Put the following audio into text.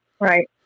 right